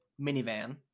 minivan